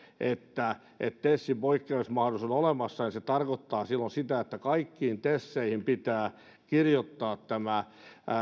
niin että tesin poikkeusmahdollisuus on olemassa niin se tarkoittaa silloin sitä että kaikkiin teseihin pitää kirjoittaa tämä